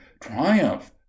triumph